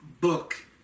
book